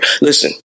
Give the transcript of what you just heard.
listen